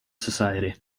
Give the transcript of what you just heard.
society